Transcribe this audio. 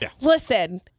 Listen